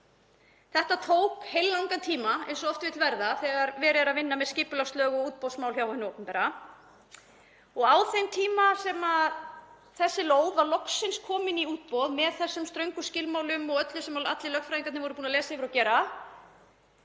Þetta tók heillangan tíma eins og oft vill verða þegar verið er að vinna með skipulagslög og útboðsmál hjá hinu opinbera og eftir þann tíma, þegar þessi lóð var loksins komin í útboð með þessum ströngu skilmálum og öllu sem allir lögfræðingarnir voru búnir að lesa yfir og gera, þá